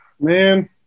Man